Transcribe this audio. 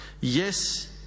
Yes